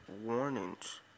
warnings